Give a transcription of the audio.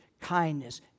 kindness